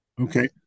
okay